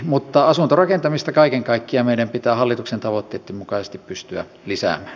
mutta asuntorakentamista kaiken kaikkiaan meidän pitää hallituksen tavoitteitten mukaisesti pystyä lisäämään